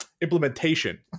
implementation